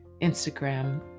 Instagram